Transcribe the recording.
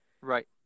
Right